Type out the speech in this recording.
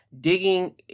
digging